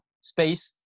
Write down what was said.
space